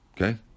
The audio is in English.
Okay